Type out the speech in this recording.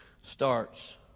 starts